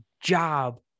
job